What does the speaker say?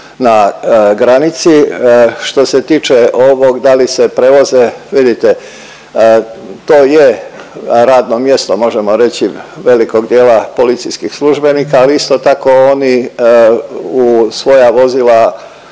na granici. Što se tiče ovog da li se prevoze, vidite to je radno mjesto, možemo reći, velikog dijela policijskih službenika, ali isto tako oni u svoja vozila